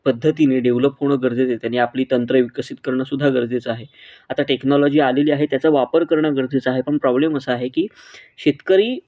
पद्धतीने डेव्हलप होणं गरजेचं आहे त्यांनी आपली तंत्र विकसित करणं सुद्धा गरजेचं आहे आता टेक्नॉलॉजी आलेली आहे त्याचा वापर करणं गरजेचं आहे पण प्रॉब्लेम असा आहे की शेतकरी